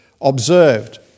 observed